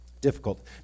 difficult